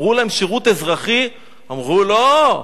אמרו להם: שירות אזרחי, אמרו: לא,